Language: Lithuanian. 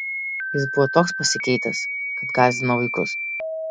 jis buvo toks pasikeitęs kad gąsdino vaikus